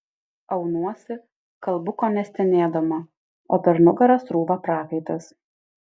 aunuosi kalbu kone stenėdama o per nugarą srūva prakaitas